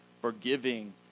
forgiving